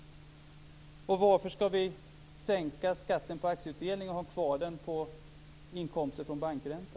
Varför skall vi sänka skatten på aktieutdelning och ha kvar den på inkomster från bankränta?